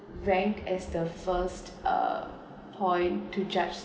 frank as the first uh point to judge